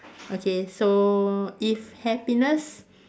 okay so if happiness